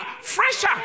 fresher